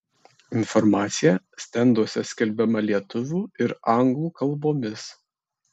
informacija stenduose skelbiama lietuvių ir anglų kalbomis